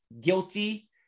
guilty